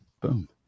Boom